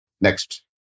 Next